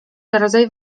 rodzaj